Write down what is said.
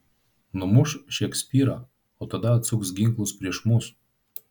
numuš šekspyrą o tada atsuks ginklus prieš mus